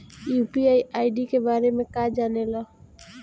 UPI ID के बारे में का जाने ल?